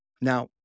Now